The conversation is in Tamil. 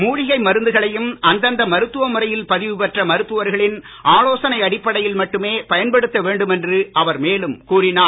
மூலிகை மருந்துகளையும் அந்தந்த மருத்துவ முறையில் பதிவுபெற்ற மருத்துவர்களின் ஆலோசனை அடிப்படையில் மட்டுமே பயன்படுத்த வேண்டுமென்று அவர் மேலும் கூறினார்